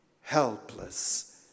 helpless